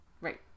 Right